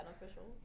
beneficial